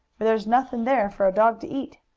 for there's nothing there for a dog to eat.